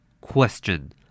Question